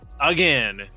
again